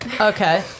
Okay